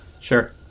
sure